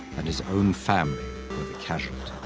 and his own family were the casualties.